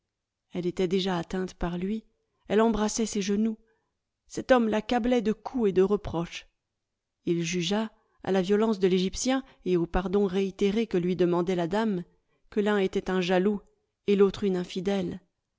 elle était déjà atteinte par lui elle embrassait ses genoux cet homme l'accablait de coups et de reproches il jugea à la violence de l'egyptien et aux pardons réitérés que lui demandait la dame que l'un était un jaloux et l'autre une infidèle